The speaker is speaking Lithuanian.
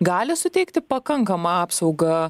gali suteikti pakankamą apsaugą